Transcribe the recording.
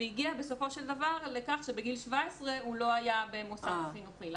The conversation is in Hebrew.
והגיע בסופו של דבר לכך שבגיל 17 הוא לא היה במוסד חינוכי,